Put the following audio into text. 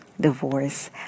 divorce